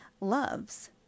loves